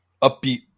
upbeat